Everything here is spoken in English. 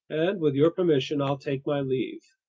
and with your permission, i'll take my leave.